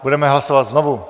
Budeme hlasovat znovu.